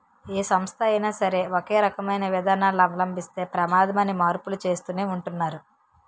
ఏ సంస్థ అయినా సరే ఒకే రకమైన విధానాలను అవలంబిస్తే ప్రమాదమని మార్పులు చేస్తూనే ఉంటున్నారు